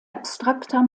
abstrakter